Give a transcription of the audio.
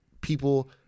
people